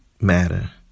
matter